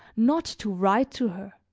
not to write to her,